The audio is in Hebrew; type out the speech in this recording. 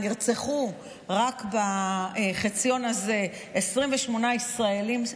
נרצחו רק בחציון הזה 28 ישראלים,